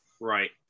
Right